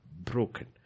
broken